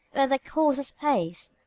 where the coursers pace!